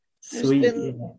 sweet